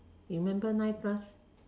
you remember nine plus